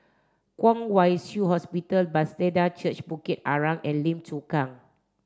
Kwong Wai Shiu Hospital Bethesda Church Bukit Arang and Lim Chu Kang